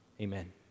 Amen